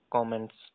Comments